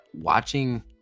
watching